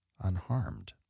unharmed